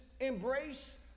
embrace